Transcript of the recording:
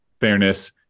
fairness